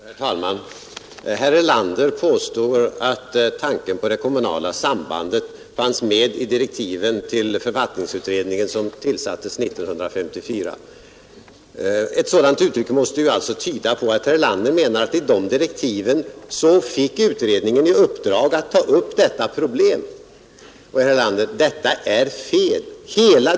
Herr talman! Herr Erlander påstår att tanken på det kommunala sambandet fanns med i direktiven till författningsutredningen som tillsattes 1954. Med det uttrycket måste herr Erlander mena att utredningen i direktiven fick i uppdrag att ta upp detta problem. Herr Erlander, detta är fel.